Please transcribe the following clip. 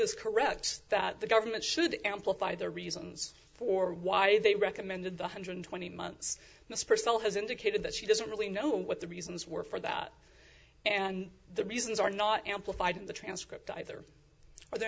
is correct that the government should amplify the reasons for why they recommended the hundred twenty months miss purcell has indicated that she doesn't really know what the reasons were for that and the reasons are not amplified in the transcript either are there